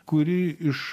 kurį iš